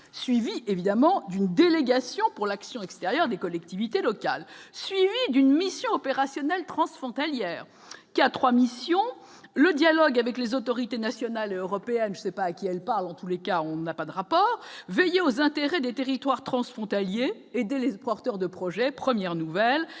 suivi évidemment d'une délégation pour l'action extérieure des collectivités locales, suivie d'une mission opérationnelle transfrontalière qui a 3 missions: le dialogue avec les autorités nationales et européennes, je sais pas à qui elle parle en tous les cas, on n'a pas de rapport veiller aux intérêts des territoires transfrontaliers et délaissent porteurs de projet : premières nouvelles,